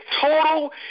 total